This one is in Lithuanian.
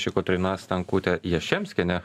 čia kotryna stankutė jaščemskienė